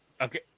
Okay